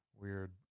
weird